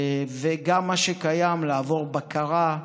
וגם מה שקיים, לעבור בקרה,